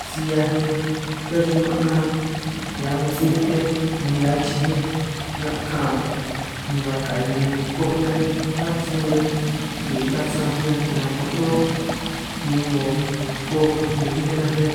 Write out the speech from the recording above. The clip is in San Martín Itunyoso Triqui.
Si hiaj nej chuhua chuman' nan hiaj 'ngo sin' nej 'ngo ngwii achij, ran' kaan ni ba ka'i riñan koj 'hiaj nej aránj sun nej ngwii taj san'anj riñan kira' konoó min 'ngo koj nubi ataj nej,